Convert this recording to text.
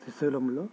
త్రిశూలంలో